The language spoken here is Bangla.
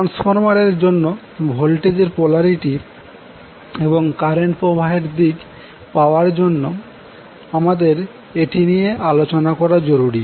ট্রান্সফরমার এর জন্য ভোল্টেজ এর পোলারিটি এবং কারেন্ট প্রবাহের দিক পাওয়ার জন্য আমাদের এটি নিয়ে আলোচনা করা জরুরি